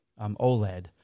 OLED